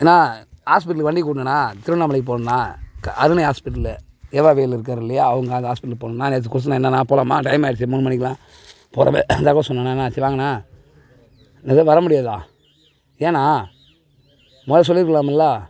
அண்ணா ஹாஸ்பிடலுக்கு வண்டிக்கு விடுணுண்ண திருவண்ணாமலைக்கு போகணும்ண்ண அருண் ஆஸ்ப்பிட்டலு இருக்காருல்லைய்யா அவங்க அந்த ஆஸ்பிடலுக்கு போகணும்ண்ண நேற்று கொடுத்துருந்தேன் என்னெண்ணா போகலாமா டைம் ஆகிருச்சு மூணு மணிக்கெலாம் வாங்கண்ண என்னது வரமுடியாதா ஏண்ணா முதல்ல சொல்லியிருக்கலாமுல்ல